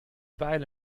beeile